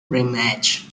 rematch